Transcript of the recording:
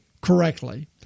correctly